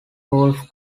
woolf